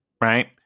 right